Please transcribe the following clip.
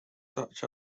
such